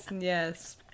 yes